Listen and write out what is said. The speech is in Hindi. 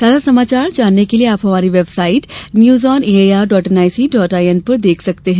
ताजा समाचार जानने के लिए आप हमारी website news on A I R dot N I C dot I N देख सकते हैं